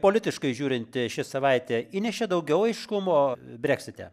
politiškai žiūrint ši savaitė įnešė daugiau aiškumo breksite